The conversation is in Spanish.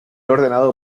ordenado